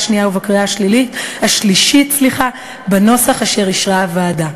השנייה ובקריאה השלישית בנוסח אשר אישרה הוועדה.